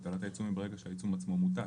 הטלת העיצום היא ברגע שהעיצום עצמו מוטל.